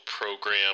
program